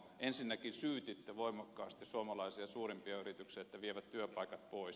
ensinnäkin syytitte voimakkaasti suomalaisia suurimpia yrityksiä että vievät työpaikat pois